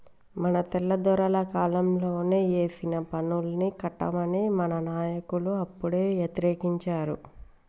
మన తెల్లదొరల కాలంలోనే ఏసిన పన్నుల్ని కట్టమని మన నాయకులు అప్పుడే యతిరేకించారు